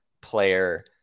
player